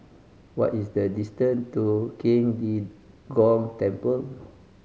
what is the distance to Qing De Gong Temple